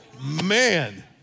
Man